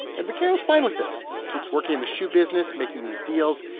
and vaccaro's fine with this keeps working in the shoe business making these deals,